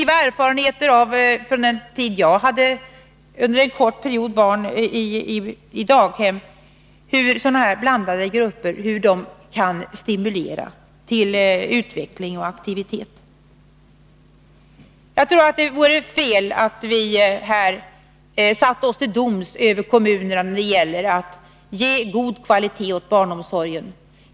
Jag har själv från den tid jag— under en kort period — hade barn i daghem positiva erfarenheter av hur sådana här blandade grupper kan stimulera till utveckling och aktivitet. Jag tror att det vore fel att vi här satte oss till doms över kommunerna när det gäller att skapa en god kvalitet i barnomsorgen.